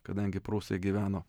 kadangi prūsai gyveno